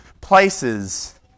places